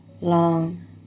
long